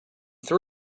threw